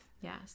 yes